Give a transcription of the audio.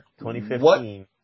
2015